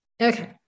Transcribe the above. Okay